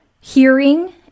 hearing